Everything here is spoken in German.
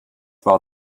war